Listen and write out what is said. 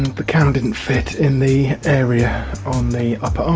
the cam didn't fit in the area on the upper